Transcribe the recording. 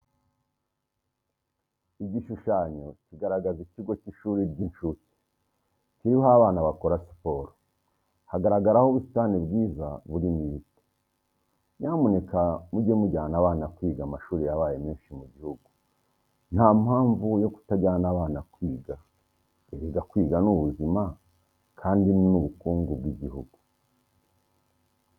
Igishushanyo kigaragaza ikigo cy'ishuri cy'incuke kiriho abana bakora siporo, hagaragaraho ubusitani bwiza burimo ibiti. Nyamuneka mujye mujyana abana kwiga amashuri yabaye menshi mu gihugu ntampamvu yo kutajyana abana kwiga. Erega kwiga ni ubuzima kandi ni n'ubukungu bw'igihugu.